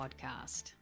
podcast